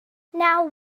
now